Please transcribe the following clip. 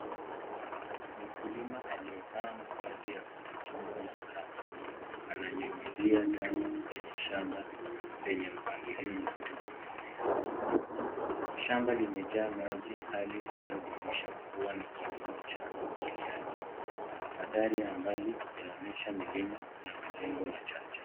Mkulima aliyevaa mavazi ya kujikinga na barakoa, ananyunyizia dawa kwenye shamba yenye mpangiliao mzuri wa mimea. Shamba limejaa maji hali inayodhihirisha kuwa ni kilimo cha umwagiliaji. Mandhari ya mbali inaonesha milima na majengo machache.